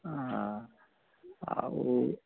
हँ आब ओ